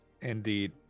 Indeed